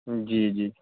جی جی